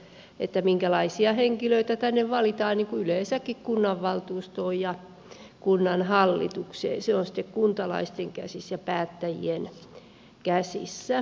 se kans minkälaisia henkilöitä tänne valitaan yleensäkin kunnanvaltuustoon ja kunnanhallitukseen on sitten kuntalaisten käsissä ja päättäjien käsissä